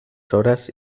horas